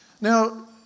Now